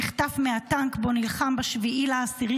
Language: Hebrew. נחטף מהטנק שבו נלחם ב-7 באוקטובר,